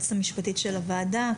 היועצת המשפטית של הוועדה,